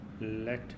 let